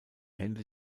hände